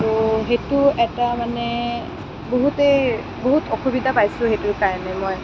তো সেইটো এটা মানে বহুতেই বহুত অসুবিধা পাইছোঁ সেইটোৰ কাৰণে মই